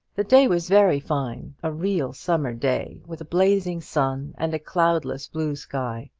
the day was very fine a real summer day, with a blazing sun and a cloudless blue sky.